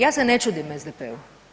Ja se ne čudim SDP-u.